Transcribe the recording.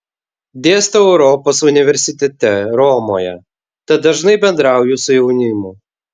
dėstau europos universitete romoje tad dažnai bendrauju su jaunimu